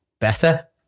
better